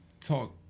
talk